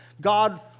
God